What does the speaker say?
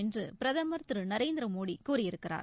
என்று பிரதமர் திரு நரேந்திரமோடி கூறியிருக்கிறார்